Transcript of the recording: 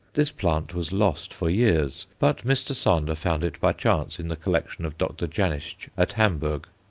this plant was lost for years, but mr. sander found it by chance in the collection of dr. janisch at hamburg,